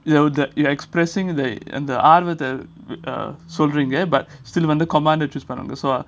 the it's expressing the and the ஆர்வத்தை சொல்ரீங்க:arvatha solrenga uh but still under commander choose பண்ணுங்க:pannunga